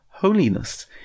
Holiness